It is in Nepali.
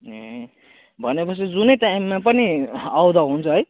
ए भनेपछि जुनै टाइममा पनि आउँदा हुन्छ है